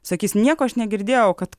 sakys nieko aš negirdėjau kad